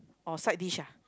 oh side dish ah